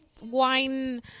wine